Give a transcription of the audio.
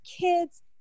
kids